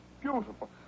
beautiful